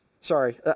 sorry